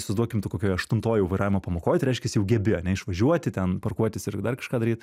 įsivaizduokim tu kokioj aštuntoj jau vairavimo pamokoj tai reiškias jau gebi ane išvažiuoti ten parkuotis ir dar kažką daryt